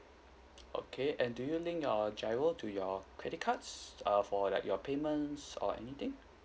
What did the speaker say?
okay and do you link your travel to your credit cards uh for like your payments or anything